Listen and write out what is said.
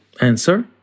answer